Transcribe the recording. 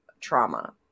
Trauma